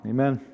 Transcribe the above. Amen